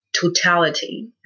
totality